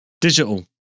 digital